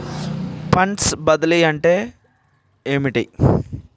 Funds బదిలీ అంటే ఏమిటి?